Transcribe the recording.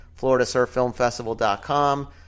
floridasurffilmfestival.com